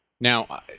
Now